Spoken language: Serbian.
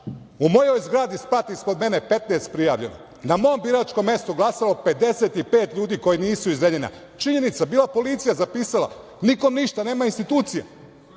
U mojoj zgradi, sprat ispod mene, 15 prijavljenih. Na mom biračkom mestu glasalo 55 ljudi koji nisu iz Zrenjanina. Činjenica, bila je policija, zapisala, nikom ništa, nema institucija.